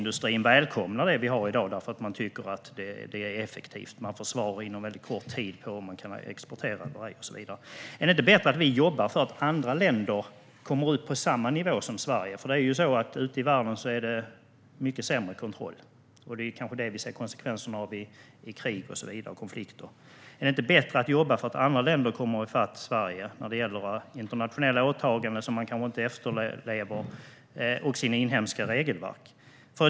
Det välkomnar försvarsindustrin därför att man tycker att det är effektivt. Man får svar på en ansökan om export inom väldigt kort tid. Är det inte bättre att vi jobbar för att andra länder kommer upp till samma nivå som Sverige? Ute i världen är det mycket sämre kontroll, och det kan vi se konsekvensen av i krig och konflikter. Är det inte bättre att jobba för att andra länder kommer ifatt Sverige när det gäller internationella åtaganden och inhemska regelverk som kanske inte efterlevs?